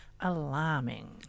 alarming